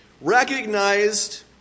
recognized